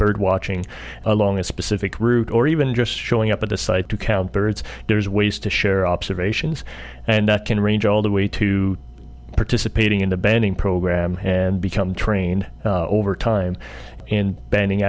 bird watching along a specific route or even just showing up at the site to count birds there's ways to share observations and that can range all the way to participating in the banding program and become trained over time in banding